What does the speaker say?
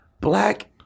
black